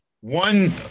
one